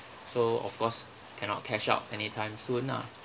so of course cannot cash out anytime soon ah